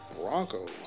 Broncos